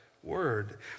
Word